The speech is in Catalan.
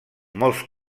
molts